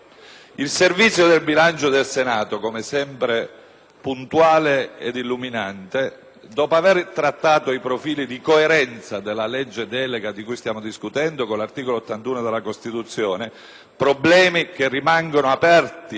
puntuale ed illuminante, ha trattato i profili di coerenza della legge delega di cui stiamo discutendo con l'articolo 81 della Costituzione: sono problemi che rimangono aperti, essendo noto l'orientamento costituzionale